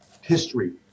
history